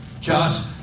Josh